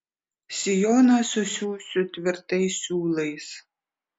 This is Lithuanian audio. sijoną susiųsiu tvirtais siūlais